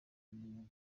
indwara